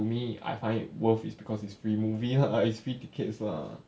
to me I find it worth is because it's free movie lah it's free tickets lah